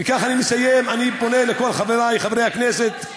בכך אני מסיים: אני פונה לכל חברי חברי הכנסת,